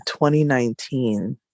2019